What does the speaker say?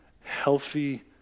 healthy